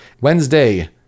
Wednesday